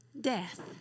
death